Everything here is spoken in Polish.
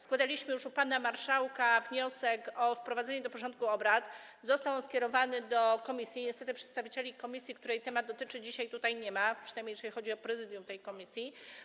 Składaliśmy już u pana marszałka wniosek o wprowadzenie go do porządku obrad, projekt został skierowany do komisji, niestety przedstawicieli komisji, której to dotyczy, dzisiaj tutaj nie ma, przynajmniej jeśli chodzi o prezydium tej komisji.